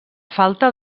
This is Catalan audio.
falta